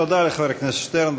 תודה לחבר הכנסת שטרן.